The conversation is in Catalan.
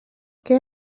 què